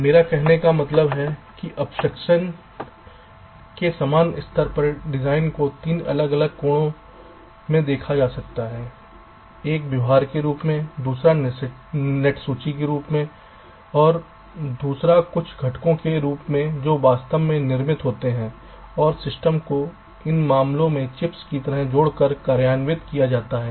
मेरे कहने का मतलब है कि अब्स्ट्रक्शन के समान स्तर पर डिजाइन को 3 अलग अलग कोणों से देखा जा सकता है एक व्यवहार के रूप में दूसरा नेट सूची के रूप में और दूसरा कुछ घटकों के रूप में जो वास्तव में निर्मित होते हैं और सिस्टम को इस मामले में चिप्स की तरह जोड़कर कार्यान्वित किया जाता है